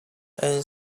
and